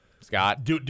Scott